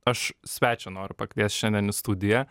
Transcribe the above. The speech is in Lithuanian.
aš svečią noriu pakviest šiandien į studiją